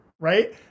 right